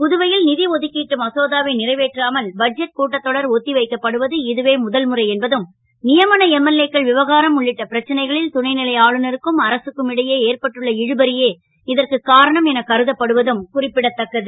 புதுவை ல் ஒதுக்கிட்டு மசோதாவை றைவேற்றாமல் பட்ஜெட் கூட்டத்தொடர் வைக்கப்படுவது இதுவே முதல்முறை என்பதும் யமன எம்எல்ஏ க்கள் விவகாரம் உள்ளிட்ட பிரச்சனைகளில் துணை லை ஆளுநருக்கும் அரசுக்கும் இடையே ஏற்பட்டுள்ள இழுபறியே இதற்கு காரணம் என கருதப்படுவதும் குறிப்பிடத்தக்கது